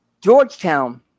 Georgetown